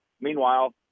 Meanwhile